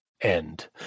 End